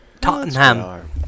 Tottenham